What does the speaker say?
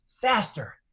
faster